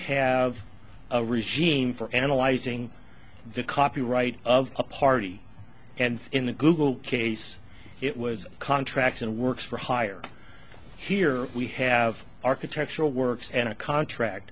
have a regime for analyzing the copyright of a party and in the google case it was a contract and works for hire here we have architectural works and a contract